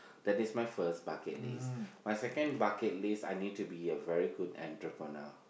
that is my first bucket list my second bucket list I need to be a very good entrepreneur